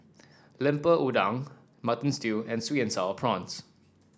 Lemper Udang Mutton Stew and sweet and sour prawns